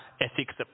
ethics